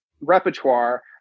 repertoire